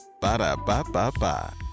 Ba-da-ba-ba-ba